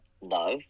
love